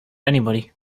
anybody